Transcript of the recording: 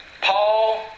Paul